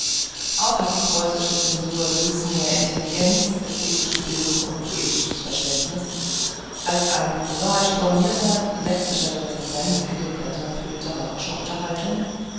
auch hat die preußische censur gewiß mehr intelligenz ästhetische bildung und poetisches verständniß als ein prosaisch bornirter sächsischer recensent in den blättern für litterarische unterhaltung